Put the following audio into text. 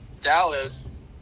Dallas